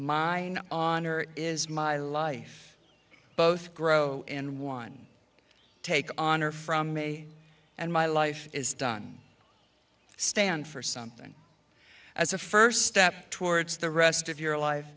my honor is my life both grow and one take honor from may and my life is done stand for something as a first step towards the rest of your life